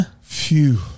Phew